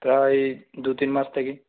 প্রায় দু তিন মাস থেকে